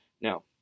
Now